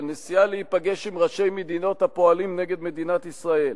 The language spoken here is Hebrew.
של נסיעה להיפגש עם ראשי מדינות הפועלים נגד מדינת ישראל,